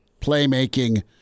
playmaking